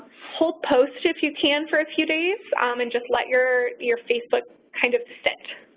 hold posts, if you can, for a few days um and just let your your facebook kind of sit.